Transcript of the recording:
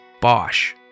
Bosch